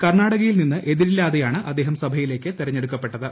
കർണാടകയിൽ നിന്ന് എതിരില്ലാതെയാണ് അദ്ദേഹം സഭയിലേക്ക് തിരഞ്ഞെടുക്കപ്പെട്ടത്